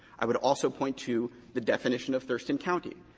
i would also point to the definition of thurston county.